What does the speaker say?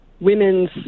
women's